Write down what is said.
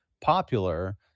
popular